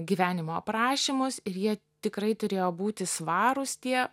gyvenimo aprašymus ir jie tikrai turėjo būti svarūs tie